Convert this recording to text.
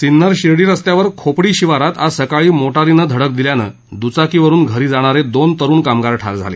सिन्नर शिर्डी रस्त्यावर खोपडी शिवारात आज सकाळी मोटारीनं धडक दिल्यानं दुचाकीवरुन घरी जाणारे दोन तरुण कामगार ठार झाले